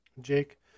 jake